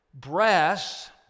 Brass